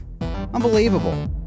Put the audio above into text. Unbelievable